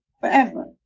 forever